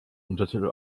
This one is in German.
untertitel